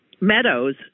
Meadows